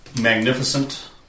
magnificent